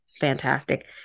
fantastic